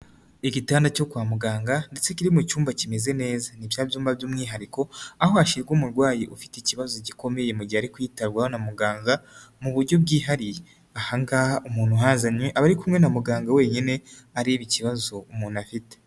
Igitanda cyo kwa muganga ndetse kiri mu cyumba kimeze neza, ni bya byumba by'umwihariko, aho hashyirwa umurwayi ufite ikibazo gikomeye mu gihe ari kwitabwaho na muganga, mu buryo bwihariye, aha ngaha umuntu yazanywe, aba ari kumwe na muganga wenyine, areba ikibazo umuntu afite.